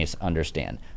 understand